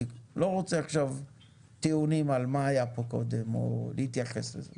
אני לא רוצה עכשיו טיעונים על מה שהיה פה קודם או להתייחס לזה.